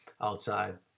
outside